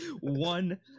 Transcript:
One